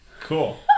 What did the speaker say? Cool